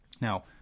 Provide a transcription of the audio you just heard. Now